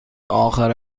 آخر